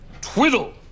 twiddle